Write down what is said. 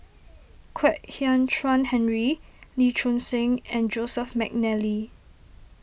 Kwek Hian Chuan Henry Lee Choon Seng and Joseph McNally